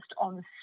on